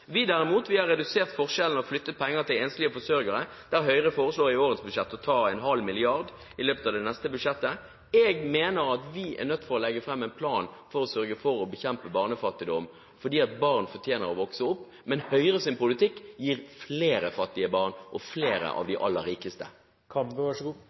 Vi derimot har redusert forskjellene ved å flytte penger til enslige forsørgere, der Høyre foreslår å ta ½ mrd. kr i løpet av det neste budsjettet. Jeg mener at vi er nødt til å legge fram en plan for å sørge for å bekjempe barnefattigdom, fordi barn fortjener å vokse opp uten fattigdom, men Høyres politikk fører til flere fattige barn og flere av de